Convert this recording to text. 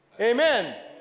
amen